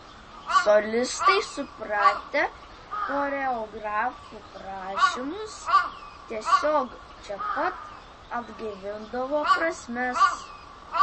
solistai supratę choreografo prašymus tiesiog čia pat atgaivindavo prasmes